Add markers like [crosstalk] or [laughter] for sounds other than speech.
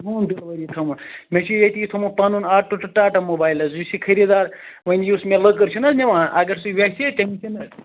home delivery تھٲمٕژ مےٚ چھِ ییٚتی تھُومُت پنُن آٹو تہٕ ٹا ٹا موبایل حظ یُس یہِ خٔریدار وۄنۍ یُس مےٚ لٔکٕر چھُنَہ نِوان اگر سُہ ویٚژھہِ تٔمِس [unintelligible]